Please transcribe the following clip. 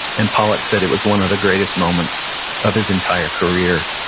and pollack said it was one of the greatest moments of his entire career.